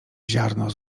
ziarno